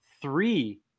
three